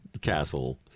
castle